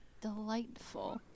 Delightful